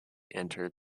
enter